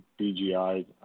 BGI